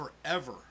forever